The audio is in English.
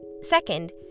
Second